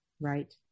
Right